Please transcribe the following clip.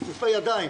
מכיפופי ידיים,